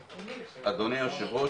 אדוני היושב ראש,